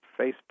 Facebook